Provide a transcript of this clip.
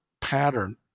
pattern